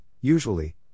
usually